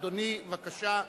אדוני, בבקשה.